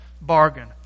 bargain